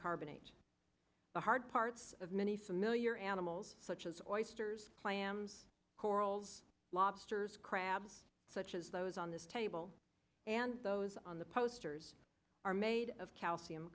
carbonate the hard parts of many familiar animals such as oysters clams corals lobsters crabs such as those on this table and those on the posters are made of calcium